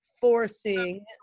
forcing